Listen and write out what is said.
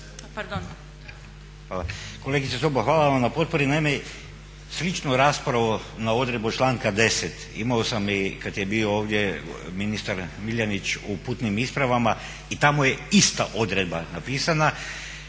Kolegice Sobol hvala vam na potpori. Naime, sličnu raspravu na odredbu članka 10.imao sam kada je bio ovdje ministar Miljenić o putnim ispravama i tamo je ista odredba napisana.